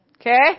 Okay